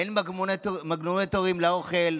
אין מגנומטרים לאוכל,